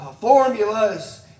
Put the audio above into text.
Formulas